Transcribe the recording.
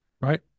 Right